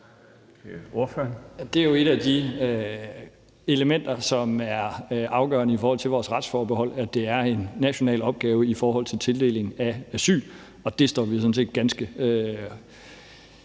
Det er jo et af de elementer, som er afgørende i forhold til vores retsforbehold, at det er en national opgave i forhold til tildeling af asyl. Og vi står sådan set ganske,